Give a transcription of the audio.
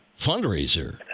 fundraiser